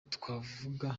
twavuga